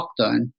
lockdown